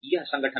यह संगठन है